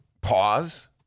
pause